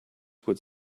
would